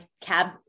cab